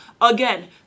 Again